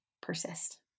persist